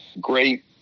great